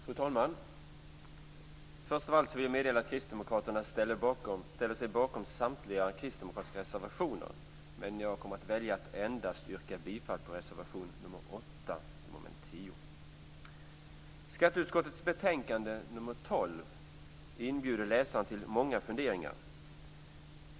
Fru talman! Först av allt vill jag meddela att Kristdemokraterna ställer sig bakom samtliga kristdemokratiska reservationer, men jag kommer att välja att endast yrka bifall till reservation nr 8 i mom. 10 Skatteutskottets betänkande nr 12 inbjuder läsaren till många funderingar.